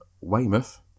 Weymouth